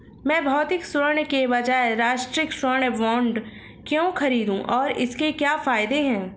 मैं भौतिक स्वर्ण के बजाय राष्ट्रिक स्वर्ण बॉन्ड क्यों खरीदूं और इसके क्या फायदे हैं?